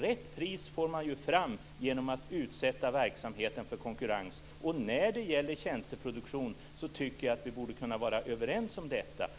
Rätt pris får man ju fram genom att utsätta verksamheten för konkurrens. När det gäller tjänsteproduktion tycker jag att vi borde kunna vara överens om detta.